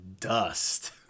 dust